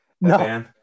No